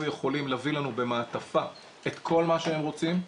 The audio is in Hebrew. יכולים להביא לנו במעטפה את כל מה שהם רוצים,